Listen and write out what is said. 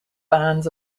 bands